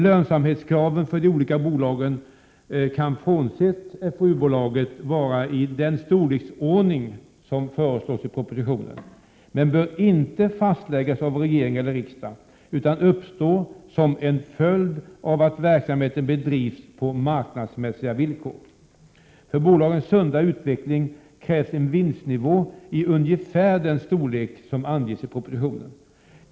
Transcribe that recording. Lönsamhetskraven för de olika bolagen, frånsett fou-bolaget, kan vara i den storleksordning som föreslås i propositionen men bör inte fastläggas av regering eller riksdag. Lönsamhet bör uppstå som en följd av att verksamheten bedrivs på marknadsmässiga villkor. För bolagens sunda utveckling krävs en vinstnivå i ungefär den storleksordning som anges i propositionen.